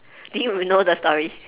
do you even know the story